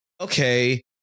okay